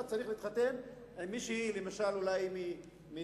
אתה צריך להתחתן עם מישהי למשל מתל-אביב,